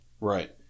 Right